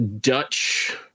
Dutch